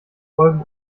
folgen